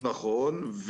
נכון.